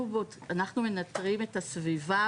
אנחנו מנטרים את הסביבה